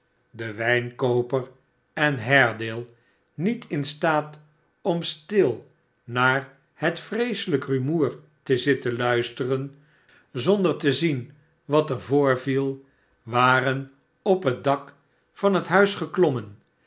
de wijnkooper en haredale niet in staat om stil naar het vreeselijke rumoer te zitten luisteren zonder te zien wat er voorviel waren op het dak van het huis geklommen